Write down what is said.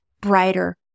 brighter